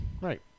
right